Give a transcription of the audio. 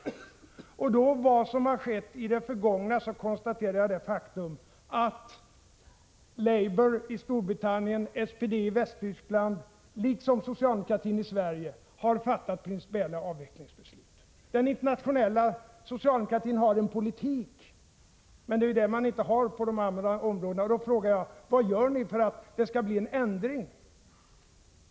Beträffande vad som skett i det förgångna konstaterar jag att Labour i Storbritannien och SPD i Västtyskland liksom socialdemokratin i Sverige har fattat principiella beslut om avveckling. Den internationella socialdemokratin har en politik — det har man inte på annat håll. Då frågar jag: Vad gör ni för att det skall bli en ändring?